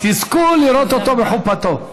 תזכו לראות אותו בחופתו.